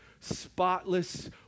spotless